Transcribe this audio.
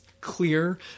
clear